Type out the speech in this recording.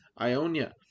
Ionia